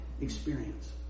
experience